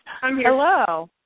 Hello